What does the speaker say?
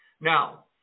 Now